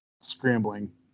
scrambling